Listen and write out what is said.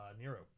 Nero